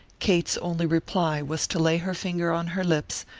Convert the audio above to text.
kate's only reply was to lay her finger on her lips,